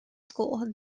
school